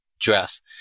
dress